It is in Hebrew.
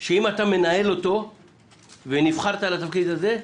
שאם אתה מנהל אותו ונבחרת לתפקיד הזה,